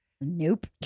nope